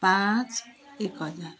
पाँच एक हजार